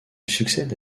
succède